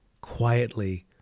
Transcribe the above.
quietly